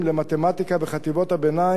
במתמטיקה בחטיבות הביניים,